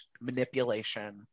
manipulation